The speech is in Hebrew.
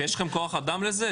האם יש לכם כוח אדם לזה?